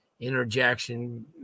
interjection